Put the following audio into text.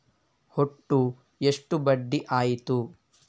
ಒಟ್ಟು ಎಷ್ಟು ಬಡ್ಡಿ ಆಯಿತು?